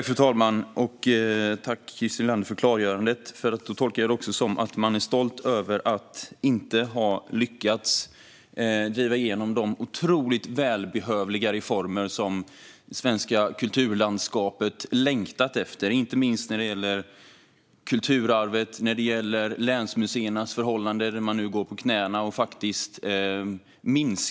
Fru talman! Jag tackar Christer Nylander för klargörandet. Då tolkar jag det också som att man är stolt över att inte ha lyckats driva igenom de otroligt välbehövliga reformer som det svenska kulturlandskapet längtat efter, inte minst när det gäller kulturarvet och när det gäller länsmuseernas förhållanden. På länsmuseerna går man nu på knäna.